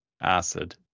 acid